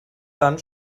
dann